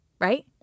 right